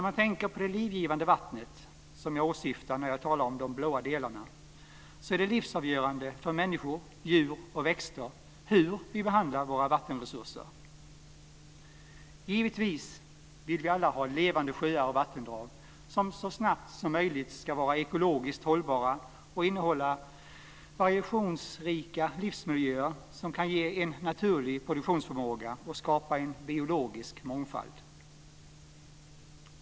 Vad gäller det livgivande vatten som jag åsyftar när jag talar om de blåa delarna är det livsavgöande för människor, djur och växter hur vi behandlar våra vattenresurser. Givetvis vill vi alla ha levande sjöar och vattendrag, som så snabbt som möjligt ska vara ekologiskt hållbara och innehålla variationsrika livsmiljöer, som kan ge en naturlig produktionsförmåga och skapa en biologisk mångfald.